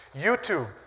YouTube